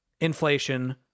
inflation